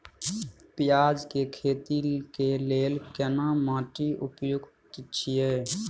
पियाज के खेती के लेल केना माटी उपयुक्त छियै?